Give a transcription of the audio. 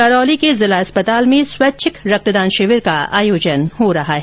करौली के जिला अस्पताल में स्वैच्छिक रक्तदान शिविर का आयोजन किया जा रहा है